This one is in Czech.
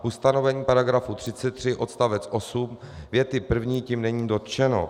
Ustanovení § 33 odst. 8 věty první tím není dotčeno.